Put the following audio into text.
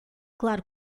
claro